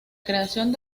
creación